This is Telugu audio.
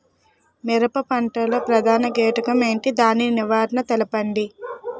మిరప పంట లో ప్రధాన కీటకం ఏంటి? దాని నివారణ తెలపండి?